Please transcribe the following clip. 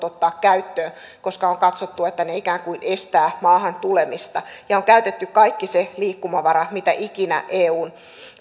ottaa käyttöön koska on katsottu että ne ikään kuin estävät maahan tulemista ja on käytetty kaikki se liikkumavara mitä ikinä eun